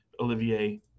Olivier